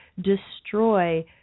destroy